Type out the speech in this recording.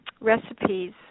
recipes